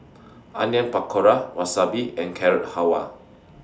Onion Pakora Wasabi and Carrot Halwa